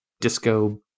disco